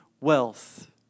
wealth